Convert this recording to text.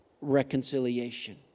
reconciliation